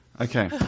Okay